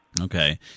Okay